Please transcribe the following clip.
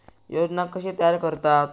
योजना कशे तयार करतात?